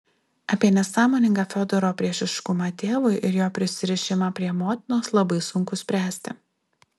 apie nesąmoningą fiodoro priešiškumą tėvui ir jo prisirišimą prie motinos labai sunku spręsti